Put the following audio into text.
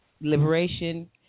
liberation